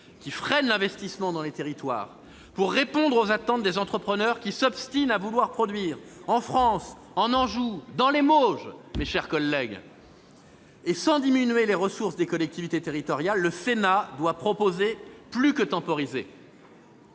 qui freine l'investissement dans les territoires, pour répondre aux attentes des entrepreneurs qui s'obstinent à vouloir produire en France, en Anjou, dans les Mauges, et ce sans diminuer les ressources des collectivités territoriales, le Sénat doit proposer plus que temporiser.